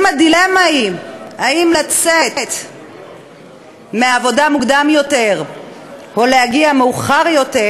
אם הדילמה היא האם לצאת מהעבודה מוקדם יותר או להגיע מאוחר יותר,